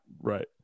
right